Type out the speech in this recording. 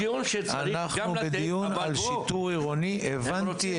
אנחנו בדיון על שיטור עירוני, הבנתי את הערתך.